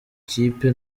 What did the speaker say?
kipe